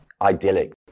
idyllic